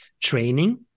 training